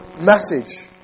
message